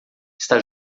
está